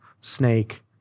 snake